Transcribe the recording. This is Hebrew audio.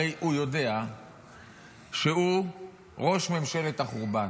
הרי הוא יודע שהוא ראש ממשלת החורבן.